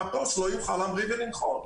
מטוס לא יוכל להמריא ולנחות.